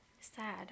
Sad